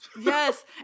Yes